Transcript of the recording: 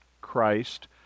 Christ